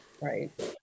Right